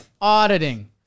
auditing